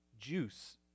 juice